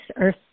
earth